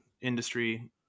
industry